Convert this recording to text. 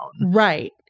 Right